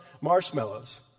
marshmallows